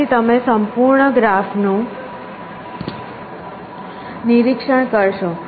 પછી તમે સંપૂર્ણ ગ્રાફનું નિરીક્ષણ કરશો